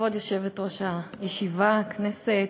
כבוד יושבת-ראש הישיבה, כנסת,